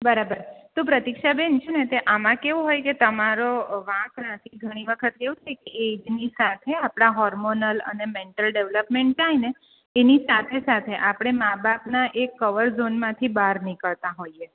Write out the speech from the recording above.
બરાબર તો પ્રતિક્ષા બેન છેને તે આમાં કેવું હોય કે તમારો વાંક નથી ઘણી વખત એવું થાય કે એ જેની સાથે આપણા હોર્મોનલ અને મેન્ટલ ડેવલપમેન્ટ થાય ને એની સાથે સાથે આપણે મા બાપના એ કવર ઝોનમાંથી બહાર નીકળતા હોઈએ